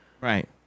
Right